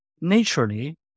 naturally